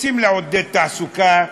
רוצים לעודד תעסוקה,